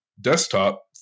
desktop